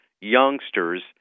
youngsters